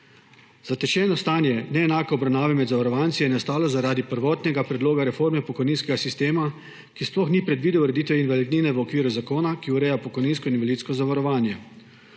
Zatečeno stanje neenake obravnave med zavarovanci je nastalo zaradi prvotnega predloga reforme pokojninskega sistema, ki sploh ni predvidel ureditve invalidnine v okviru zakona, ki ureja pokojninsko in invalidsko zavarovanje.